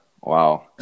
Wow